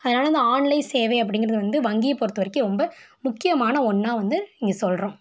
அதனால இந்த ஆன்லைன் சேவை அப்படிங்கிறது வந்து வங்கியை பொறுத்தவரைக்கும் ரொம்ப முக்கியமான ஒன்றா வந்து இங்கே சொல்கிறோம்